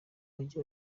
mujyi